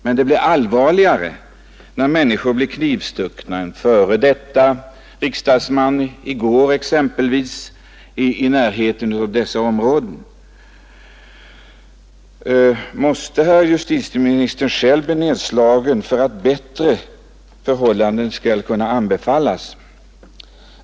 Men det blir allvarligare när människor blir knivstuckna — en f. d. riksdagsman i går exempelvis — i närheten av dessa områden. Måste herr justitieministern själv bli nedslagen för att bättre förhållanden skall kunna anbefallas?